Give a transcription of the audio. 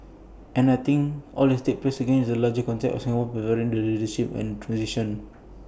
and I think all this takes place again in that larger context of Singapore preparing for its leadership and transition